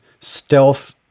stealth